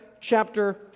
chapter